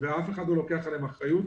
ואף אחד לא לוקח עליהם אחריות.